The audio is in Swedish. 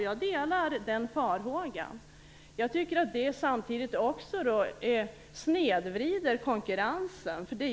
Jag delar den farhågan. Jag tycker samtidigt att det snedvrider konkurrensen.